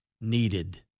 needed